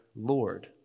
Lord